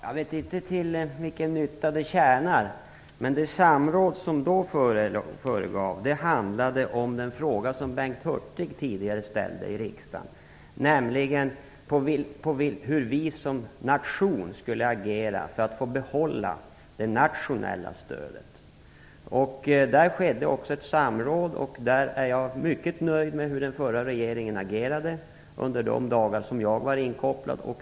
Fru talman! Det samråd som då förelåg handlade om den fråga som Bengt Hurtig tidigare ställt i riksdagen, nämligen hur vi som nation skulle agera för att få behålla det nationella stödet. Där skedde ett samråd. Jag är mycket nöjd med hur den förra regeringen i det fallet agerade under de dagar då jag var inkopplad.